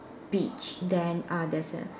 beach then uh there's a